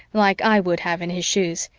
like i would have in his shoes,